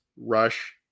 rush